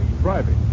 driving